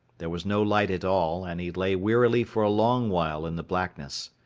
there was no light at all and he lay wearily for a long while in the blackness.